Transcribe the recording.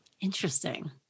Interesting